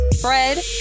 Fred